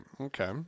Okay